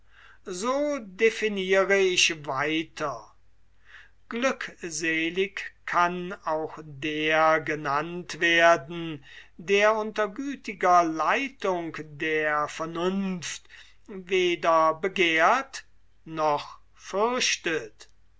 so definire ich weiter glückselig kann der genannt werden der unter gütiger leitung der vernunft weder begehrt noch fürchtet